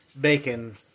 bacon